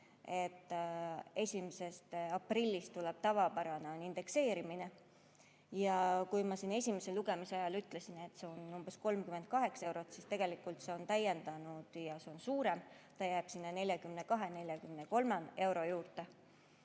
ei saa. 1. aprillist tuleb tavapärane indekseerimine. Ja kui ma siin esimese lugemise ajal ütlesin, et see on umbes 38 eurot, siis tegelikult seda on täiendatud ja see on suurem, see jääb sinna 42–43 euro juurde.